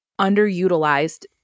underutilized